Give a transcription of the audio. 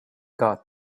got